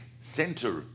center